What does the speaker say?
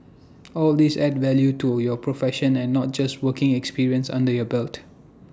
all these add value to your profession and not just working experience under your belt